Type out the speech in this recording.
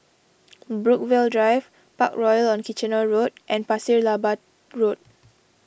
Brookvale Drive Parkroyal on Kitchener Road and Pasir Laba Road